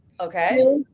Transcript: Okay